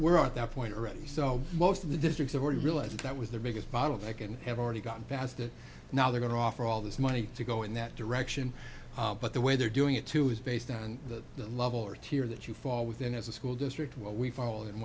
we're at that point already so most of the districts have already realized that was their biggest bottleneck and have already gotten past that now they're going to offer all this money to go in that direction but the way they're doing it too is based on the level or tear that you fall within as a school district where we fall and